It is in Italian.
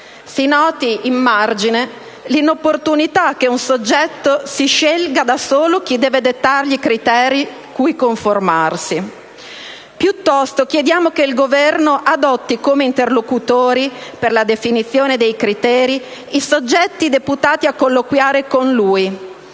Si noti, a margine, l'inopportunità che un soggetto si scelga da solo chi deve dettargli i criteri a cui conformarsi. Piuttosto chiediamo che il Governo adotti come interlocutori, per la definizione dei criteri, i soggetti deputati a colloquiare con lui,